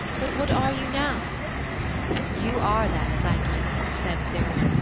but what are you now you are that psyche said cyril,